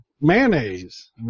mayonnaise